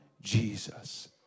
Jesus